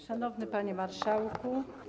Szanowny Panie Marszałku!